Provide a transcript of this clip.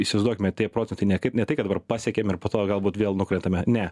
įsivaizduokime tie procentai ne kaip ne tai ką dabar pasiekėm ir po to galbūt vėl nukretame ne